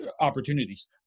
opportunities